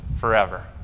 forever